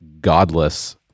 godless